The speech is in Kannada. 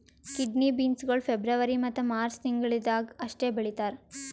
ಕಿಡ್ನಿ ಬೀನ್ಸ್ ಗೊಳ್ ಫೆಬ್ರವರಿ ಮತ್ತ ಮಾರ್ಚ್ ತಿಂಗಿಳದಾಗ್ ಅಷ್ಟೆ ಬೆಳೀತಾರ್